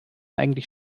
eigentlich